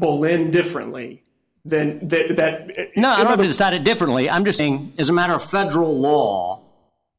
bolin differently than not decided differently i'm just saying as a matter of federal law